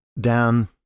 down